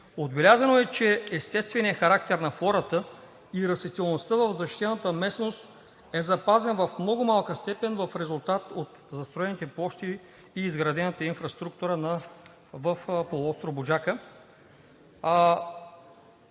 Отбелязано е, че естественият характер на флората, на растителността в защитената местност е запазен в много малка степен в резултат от застроените площи и изградената инфраструктура в полуостров „Буджака“.